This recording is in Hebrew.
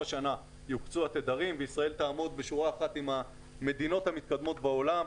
השנה יוקצו התדרים וישראל תעמוד בשורה אחת עם המדינות המתקדמות בעולם,